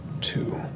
two